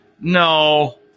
no